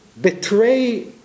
betray